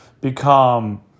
become